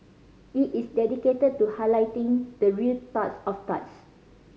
it is dedicated to highlighting the real turds of turds